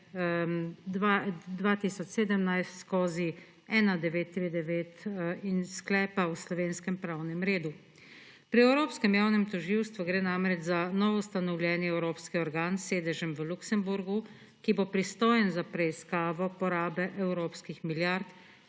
2017/1939 in sklepa o slovenskem pravnem redu. Pri Evropskem javnem tožilstvu gre namreč za novoustanovljen evropski organ s sedežem v Luksemburgu, ki bo pristojen za preiskavo porabe evropskih milijard